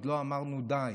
עוד לא אמרנו די.